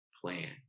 plan